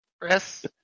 Chris